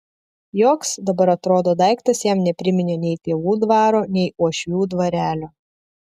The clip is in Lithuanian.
joks dabar atrodo daiktas jam nepriminė nei tėvų dvaro nei uošvių dvarelio